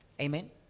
Amen